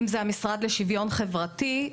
המשרד לשוויון חברתי.